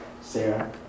Sarah